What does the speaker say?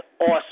awesome